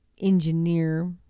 engineer